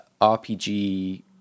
RPG